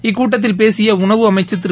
இக்கூட்டத்தில் பேசிய உணவு அமைச்சர் திரு